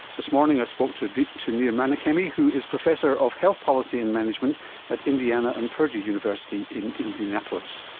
this morning i spoke to to nir menachemi who is professor of health policy and management at indiana and perdue university in indianapolis.